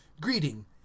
greeting